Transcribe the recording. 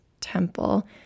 Temple